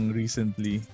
recently